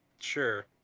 Sure